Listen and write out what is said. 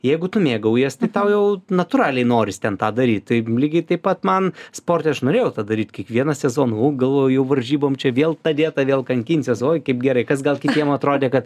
jeigu tu mėgaujies tai tau jau natūraliai noris ten tą daryt tai lygiai taip pat man sporte aš norėjau tą daryt kiekvieną sezoną o galvoju jau varžybom čia vėl ta dieta vėl kankinsies oi kaip gerai kas gal kitiem atrodė kad